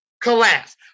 collapse